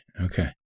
Okay